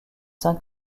saint